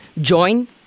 join